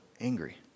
angry